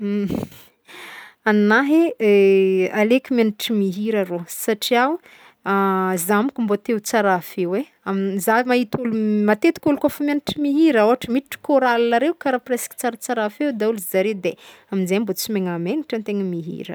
Agnahy e aleky miagnatry mihira rô satria o za mônko mbô te ho tsara feo e amy- zaho mahita olo matetiky olo kaofa miagnatry mihira ôhatra miditry chorale reo karaha presque tsaratsara feo dahôlo zare de amizay mbô tsy megnamegnatra antegna mihira.